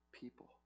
people